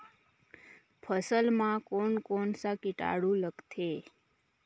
फसल मा कोन कोन सा कीटाणु लगथे?